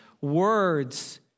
words